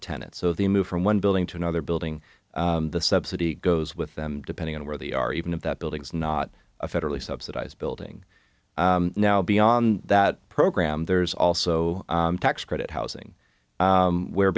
the tenants so the move from one building to another building the subsidy goes with them depending on where the are even if that building is not a federally subsidized building now beyond that program there's also tax credit housing where